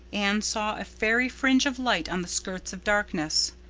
anne saw a fairy fringe of light on the skirts of darkness.